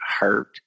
hurt